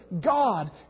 God